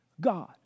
God